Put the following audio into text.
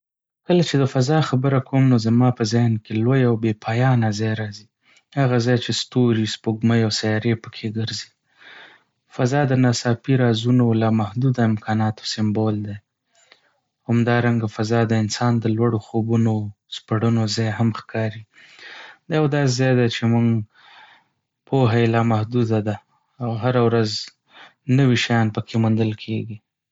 کله چې د فضا خبره کوم، نو زما په ذهن کې لوی او بې پایانه ځای راځي. هغه ځای چې ستوري، سپوږمۍ، او سیارې پکې ګرځي. فضا د ناڅاپي رازونو او لامحدوده امکاناتو سمبول دی. همدارنګه، فضا د انسان د لوړو خوبونو او سپړنو ځای هم ښکاري. دا یو داسې ځای دی چې موږ پوهه یې لا محدوده ده او هره ورځ نوي شیان پکې موندل کېږي.